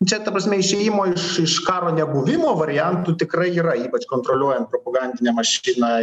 čia ta prasme išėjimo iš iš karo nebuvimo variantų tikrai yra ypač kontroliuojant propagandinę mašiną